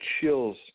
chills